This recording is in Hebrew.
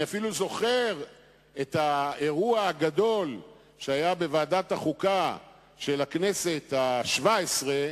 אני אפילו זוכר את האירוע הגדול שהיה בוועדת החוקה של הכנסת השבע-עשרה,